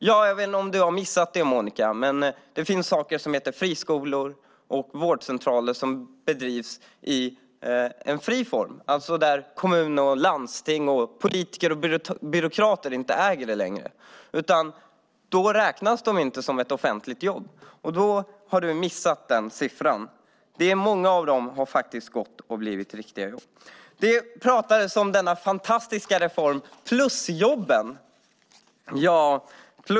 Jag vet inte om du har missat det, Monica, men det finns något som heter friskolor och vårdcentraler som bedrivs i en fri form, alltså där kommun och landsting, politiker och byråkrater inte längre äger dem. Jobben där räknas inte längre som offentliga. Den siffran har Monica Green missat. Många av dem har blivit riktiga jobb. Det pratades om den fantastiska reformen plusjobben.